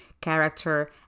character